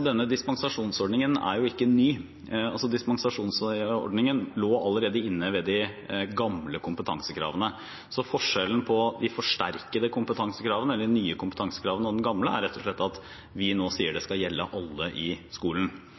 Denne dispensasjonsordningen er jo ikke ny – dispensasjonsordningen lå allerede inne med de gamle kompetansekravene. Forskjellen på de forsterkede kompetansekravene – eller nye kompetansekravene – og de gamle er rett og slett at vi nå sier det skal gjelde alle i skolen.